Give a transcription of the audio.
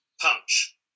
punch